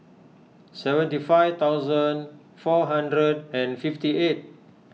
seventy five thousand four hundred and fifty eight